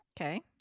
Okay